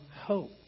hope